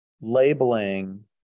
labeling